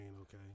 Okay